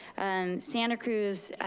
and santa cruz,